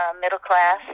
middle-class